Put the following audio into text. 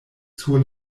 sur